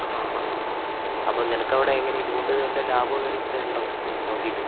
ആ ഹാ ആ അപ്പോൾ നിനക്കവിടേ എങ്ങനേ ഇതുകൊണ്ട് വല്ല ലാഭമോ കാര്യങ്ങളൊക്കെയുണ്ടോ നോക്കീട്ട്